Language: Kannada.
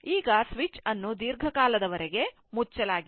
ಈಗ ಸ್ವಿಚ್ ಅನ್ನು ದೀರ್ಘಕಾಲದವರೆಗೆ ಮುಚ್ಚಲಾಗಿದೆ